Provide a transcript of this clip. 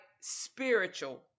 spiritual